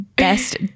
Best